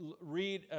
read